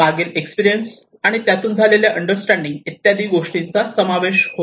मागील एक्सपिरीयन्स आणि त्यातून झालेले अंडरस्टँडिंग इत्यादी गोष्टींचा समावेश होतो